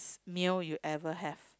meal you ever have